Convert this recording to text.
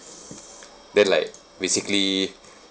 then like basically